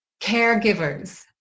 caregivers